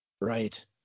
Right